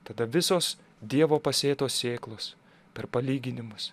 tada visos dievo pasėtos sėklos per palyginimus